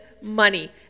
money